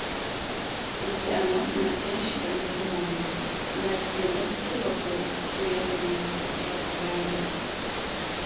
iki anos nakties šito nežinojau bet staiga susivokiau žiūrėdama į česo veidą